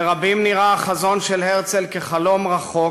לרבים נראה החזון של הרצל כחלום רחוק